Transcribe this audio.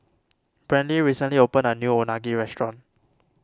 Brantley recently opened a new Unagi restaurant